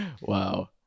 Wow